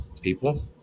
people